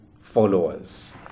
followers